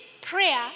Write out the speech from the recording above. prayer